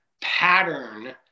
pattern